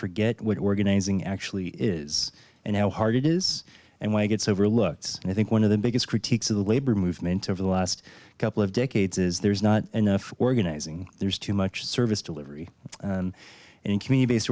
forget what organizing actually is and how hard it is and why it gets overlooked and i think one of the biggest critiques of the labor movement over the last couple of decades is there's not enough organizing there's too much service delivery and in communit